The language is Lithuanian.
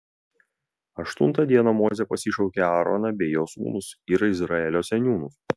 aštuntą dieną mozė pasišaukė aaroną bei jo sūnus ir izraelio seniūnus